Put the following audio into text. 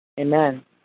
Amen